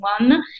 one